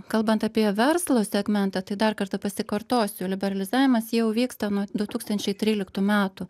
kalbant apie verslo segmentą tai dar kartą pasikartosiu liberalizavimas jau vyksta nuo du tūkstančiai tryliktų metų